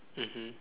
mmhmm